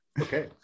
Okay